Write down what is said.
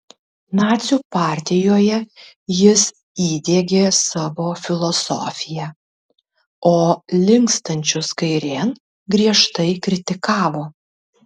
nacių partijoje jis įdiegė savo filosofiją o linkstančius kairėn griežtai kritikavo